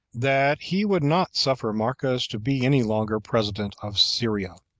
that he would not suffer marcus to be any longer president of syria.